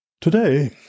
Today